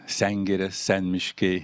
sengirės senmiškiai